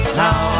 now